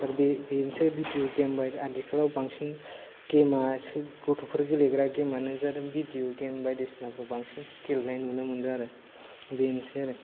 आरो बेफोर video game आदिखौ बांसिन गेमासो गथ'फोर गेलेग्रा गेमानो जादों भिडिय' गेम बायदिसिनाफोर बांसिन गेलेनाय नुनो मोन्दों आरो बेनोसै आरो